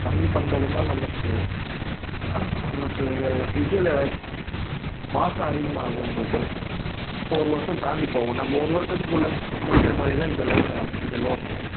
கம்மி பண்ணுறதுன்னா நமஷு உங்களுக்கு இதில் மாசம் அதிகமாகும் உங்களுக்கு இப்போது ஒரு வருஷம் தாண்டி போகும் நம்ம ஒரு வருஷத்துக்குள்ளே முடிக்கின்ற மாதிரி தான் இந்த லோன்னு நமக்கு இந்த லோன்னு